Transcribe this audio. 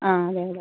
ആ അതെ അതെ